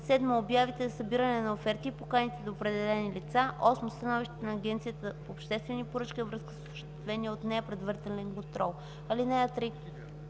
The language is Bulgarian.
7. обявите за събиране на оферти и поканите до определени лица; 8. становищата на Агенцията по обществени поръчки във връзка с осъществявания от нея предварителен контрол. (3)